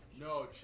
No